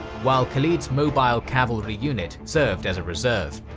while khalid's mobile cavalry unit served as a reserve.